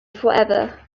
forever